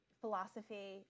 philosophy